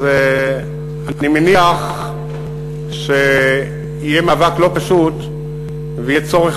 אז אני מניח שיהיה מאבק לא פשוט ויהיה צורך